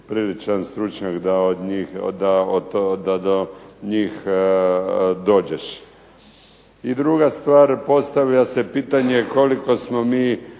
priličan stručnjak da do njih dođeš. I druga stvar, postavlja se pitanje koliko smo mi